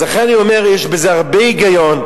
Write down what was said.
לכן אני אומר שיש בזה הרבה היגיון,